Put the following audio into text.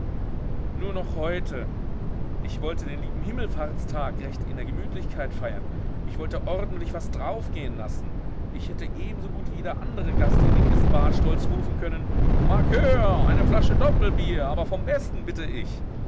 nur noch heute ich wollte den lieben himmelfahrtstag recht in der gemütlichkeit feiern ich wollte ordentlich was daraufgehen lassen ich hätte ebensogut wie jeder andere gast in linkes bade stolz rufen können markör eine flasche doppelbier aber vom besten bitte ich